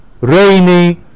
rainy